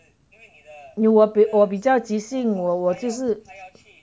又我我比较即兴我我就是